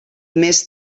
més